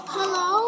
Hello